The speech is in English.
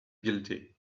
guilty